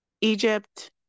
Egypt